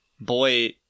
boy